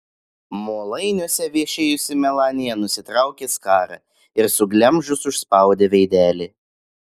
molainiuose viešėjusi melanija nusitraukė skarą ir suglemžus užspaudė veidelį